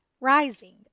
rising